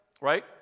Right